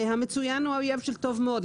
והמצוין הוא האויב של טוב מאוד,